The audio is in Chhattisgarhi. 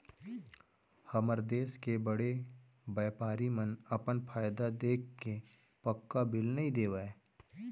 हमर देस के बड़े बैपारी मन अपन फायदा देखके पक्का बिल नइ देवय